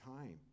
time